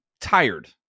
tired